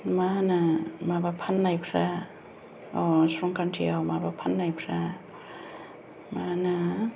मा होनो माबा फाननायफोरा संक्रान्तिआव माबा फाननायफोरा मा होनो